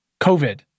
COVID